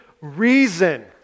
reason